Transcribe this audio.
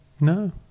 no